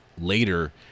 later